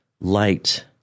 light